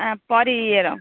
ପରୀ ଇଏର